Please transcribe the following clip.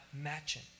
matching